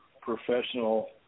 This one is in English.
professional